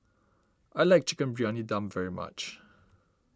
I like Chicken Briyani Dum very much